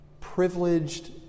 privileged